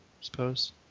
suppose